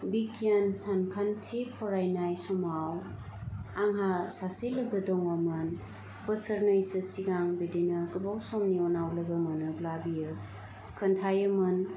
बिगियान सानखान्थि फरायनाय समाव आंहा सासे लोगो दङमोन बोसोरनैसो सिगां बिदिनो गोबाव समनि उनाव लोगो मोनोब्ला बियो खोन्थायोमोन